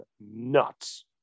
nuts